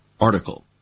article